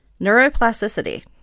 neuroplasticity